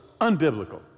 unbiblical